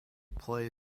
play